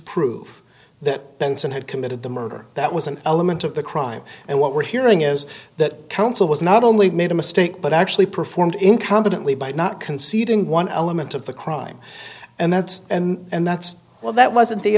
prove that benson had committed the murder that was an element of the crime and what we're hearing is that counsel was not only made a mistake but actually performed incompetently by not conceding one element of the crime and that's and that's well that wasn't the